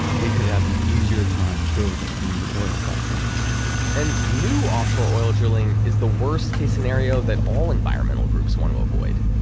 they could have an easier time building new oil platforms and new offshore oil drilling is the worst case scenario that all environmental groups want to avoid.